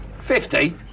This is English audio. Fifty